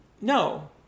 No